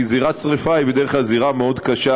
כי זירת שרפה היא בדרך כלל זירה שמאוד קשה